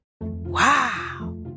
Wow